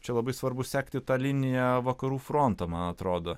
čia labai svarbu sekti tą liniją vakarų fronto man atrodo